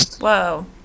Whoa